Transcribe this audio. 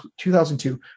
2002